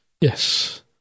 Yes